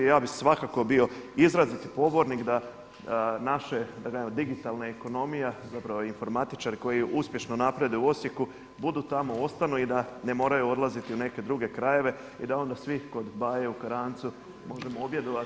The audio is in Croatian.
I ja bih svakako bio izraziti pobornik da naše digitalna ekonomija zapravo informatičari koji uspješno napreduju u Osijeku budu tamo, ostanu i da ne moraju odlaziti u neke druge krajeve i da onda svi kod baje u Karancu možemo objedovati.